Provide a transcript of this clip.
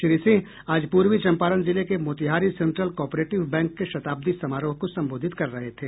श्री सिंह आज पूर्वी चंपारण जिले के मोतिहारी सेंट्रल कॉपरेटिव बैंक के शताब्दी समारोह को संबोधित कर रहे थे